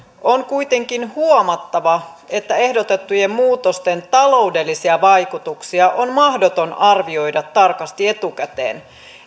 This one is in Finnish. on kuitenkin huomattava että ehdotettujen muutosten taloudellisia vaikutuksia on mahdoton arvioida tarkasti etukäteen